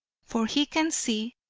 for he can see,